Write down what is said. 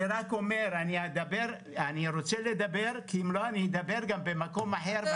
אני רוצה לדבר כי אם לא אני אדבר גם במקום אחר.